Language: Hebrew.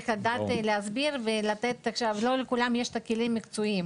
יש לתת למלווים כלים מקצועיים.